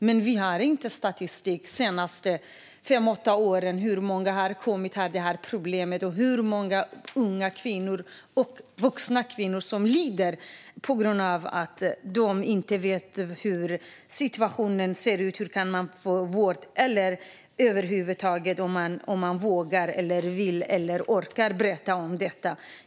Men vi har inte statistik från de senaste fem till åtta åren över hur många av dem som har kommit hit som har det här problemet, över hur många unga och vuxna kvinnor som lider på grund av att de inte vet hur situationen ser ut och att man kan få vård om man över huvud taget vågar, vill eller orkar berätta om detta.